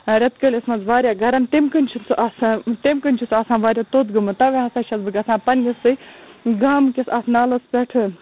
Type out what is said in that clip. ریٚتکٲلِس مَنٛز واریاہ گرم تمہِ کنۍ چھُنہٕ سُہ آسان تَمہِ کنۍ چھُ سُہ آسان واریاہ توٚت گوٚمُت تَوَے ہَسا چھَس بہٕ گَژھان پَننِسی گامکِس اتھ نالَس پیٹھ